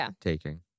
taking